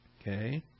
Okay